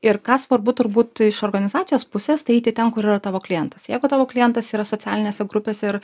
ir ką svarbu turbūt iš organizacijos pusės tai eiti ten kur yra tavo klientas jeigu tavo klientas yra socialinėse grupėse ir